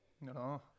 No